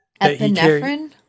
Epinephrine